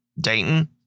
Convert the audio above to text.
Dayton